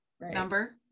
number